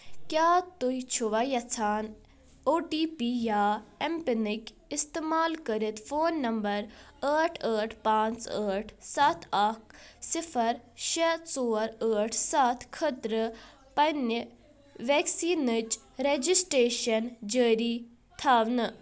کیٛاہ تُہۍ چھِوا یژھان او ٹی پی یا ایم پِنٕکۍ استعمال کٔرِتھ فون نمبر ٲٹھ ٲٹھ پانٛژھ ٲٹھ سَتھ اکھ صِفر شیٚے ژور ٲٹھ سَتھ خٲطرٕ پننہِ ویکسیٖنٕچ رجسٹریشن جٲری تھاونہٕ؟